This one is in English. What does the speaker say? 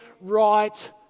right